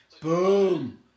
Boom